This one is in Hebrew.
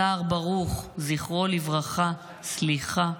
סהר ברוך, זכרו לברכה, סליחה,